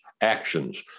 actions